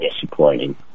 disappointing